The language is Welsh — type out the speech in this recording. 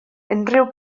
unrhyw